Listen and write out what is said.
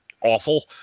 awful